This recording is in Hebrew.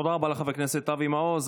תודה רבה לחבר הכנסת אבי מעוז.